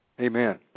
Amen